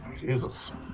Jesus